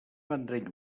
vendrell